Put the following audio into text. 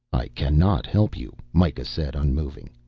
i cannot help you, mikah said, unmoving.